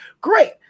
great